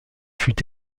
fut